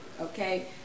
okay